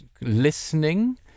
listening